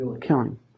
Killing